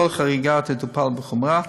כל חריגה תטופל בחומרה.